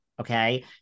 Okay